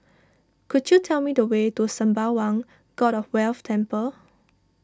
could you tell me the way to Sembawang God of Wealth Temple